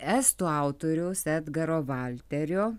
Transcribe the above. estų autoriaus edgaro valterio